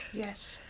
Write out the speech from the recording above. yes.